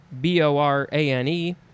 B-O-R-A-N-E